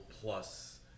Plus